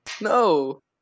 No